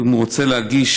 אם הוא רוצה להגיש